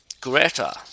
Greta